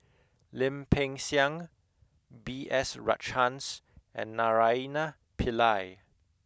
Lim Peng Siang B S Rajhans and Naraina Pillai